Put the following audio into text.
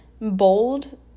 bold